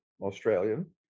Australian